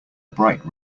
bright